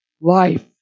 life